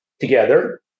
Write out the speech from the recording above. together